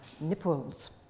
nipples